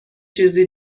چیزی